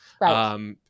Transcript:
Right